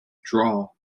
draw